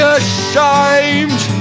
ashamed